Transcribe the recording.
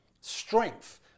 strength